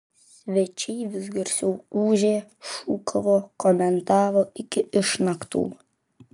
svečiai vis garsiau ūžė šūkavo komentavo iki išnaktų